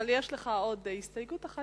אבל יש לך עוד הסתייגות אחת,